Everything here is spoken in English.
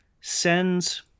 Sends